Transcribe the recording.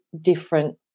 different